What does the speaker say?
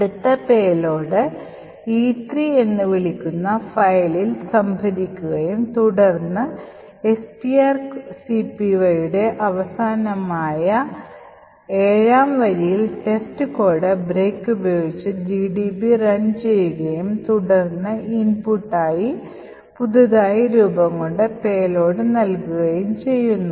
അടുത്ത payload E3 എന്ന് വിളിക്കുന്ന ഫയലിൽ സംഭരിക്കുകയും തുടർന്ന് strcpyയുടെ അവസാനമായ 7 ാം വരിയിൽ ടെസ്റ്റ് കോഡ് ബ്രേക്ക് ഉപയോഗിച്ച് gdb റൺ ചെയ്യുകയും തുടർന്ന് ഇൻപുട്ടായി പുതുതായി രൂപംകൊണ്ട പേലോഡ് നൽകുകയും ചെയ്യുന്നു